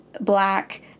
black